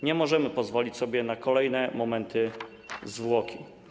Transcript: Nie możemy pozwolić sobie na kolejne momenty zwłoki.